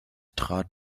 trat